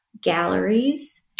galleries